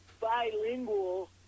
bilingual